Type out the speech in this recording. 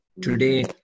Today